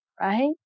right